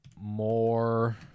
more